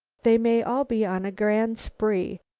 they may all be on a grand spree.